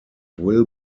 will